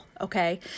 Okay